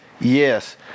Yes